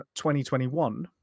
2021